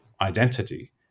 identity